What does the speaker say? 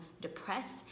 depressed